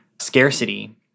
scarcity